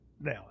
now